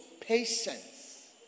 patience